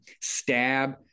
Stab